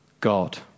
God